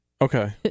Okay